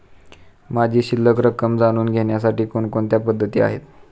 माझी शिल्लक रक्कम जाणून घेण्यासाठी कोणकोणत्या पद्धती आहेत?